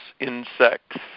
insects